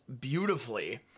beautifully